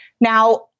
Now